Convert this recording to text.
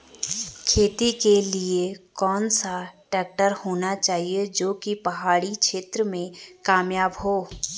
खेती के लिए कौन सा ट्रैक्टर होना चाहिए जो की पहाड़ी क्षेत्रों में कामयाब हो?